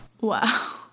Wow